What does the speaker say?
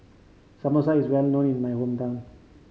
Samosa is well known in my hometown